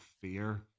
fear